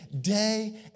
day